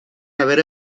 haber